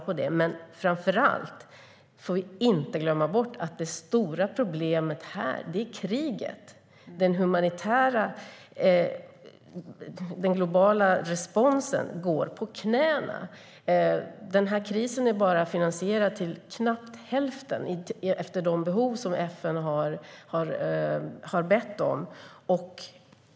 Men vi får framför allt inte glömma bort att det stora problemet är kriget. Den globala responsen går på knäna. Krisen är bara finansierad till knappt hälften, utifrån de behov som FN har gett uttryck för.